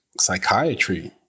psychiatry